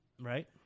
Right